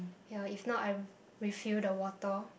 ya if not I'm refill the water